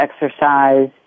exercise